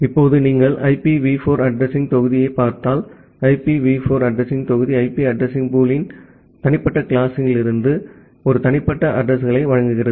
இப்போது நீங்கள் IPv4 அட்ரஸிங்த் தொகுதியைப் பார்த்தால் ஐபிவி 4 அட்ரஸிங் தொகுதி ஐபி அட்ரஸிங் பூலின் தனிப்பட்ட கிளாஸ்களிலிருந்து ஒரு தனிப்பட்ட அட்ரஸிங்களை வழங்குகிறது